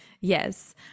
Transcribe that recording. yes